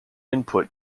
input